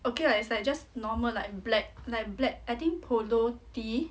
okay lah it's like just normal like black like black I think polo tee